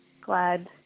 glad